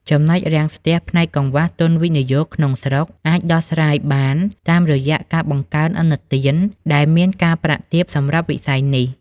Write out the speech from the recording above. ចំណុចរាំងស្ទះផ្នែក "កង្វះទុនវិនិយោគក្នុងស្រុក" អាចដោះស្រាយបានតាមរយៈការបង្កើនឥណទានដែលមានការប្រាក់ទាបសម្រាប់វិស័យនេះ។